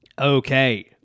Okay